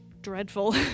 dreadful